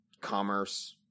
commerce